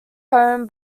home